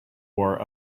wore